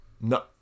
No